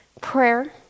prayer